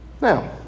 Now